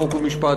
חוק ומשפט,